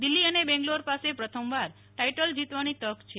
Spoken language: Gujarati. દિલ્ફી અને બેંગલોર પાસે પ્રથમવાર ટાઈટલ જીતવાની તક છે